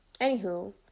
Anywho